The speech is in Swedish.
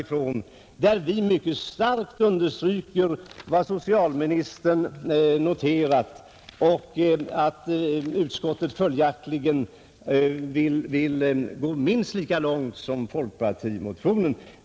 Vi understryker mycket starkt vad socialministern noterat, och utskottet vill följaktligen gå minst lika långt som folkpartimotionen.